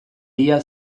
día